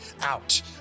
out